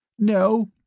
no?